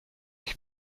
ich